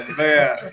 man